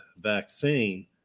vaccine